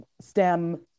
stem